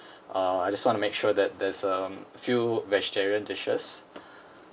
uh I just want to make sure that there's a few vegetarian dishes